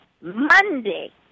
Monday